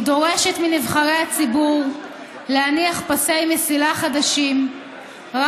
היא דורשת מנבחרי הציבור להניח פסי מסילה חדשים רק